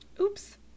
Oops